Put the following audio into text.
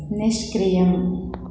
निष्क्रियम्